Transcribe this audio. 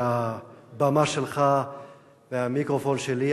מהבמה שלך והמיקרופון שלי,